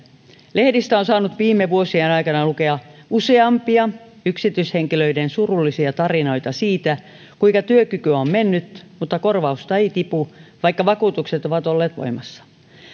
lehdistä on saanut viime vuosien aikana lukea useampia yksityishenkilöiden surullisia tarinoita siitä kuinka työkyky on mennyt mutta korvausta ei tipu vaikka vakuutukset ovat olleet voimassa